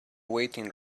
waiting